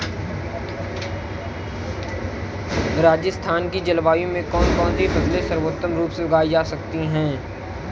राजस्थान की जलवायु में कौन कौनसी फसलें सर्वोत्तम रूप से उगाई जा सकती हैं?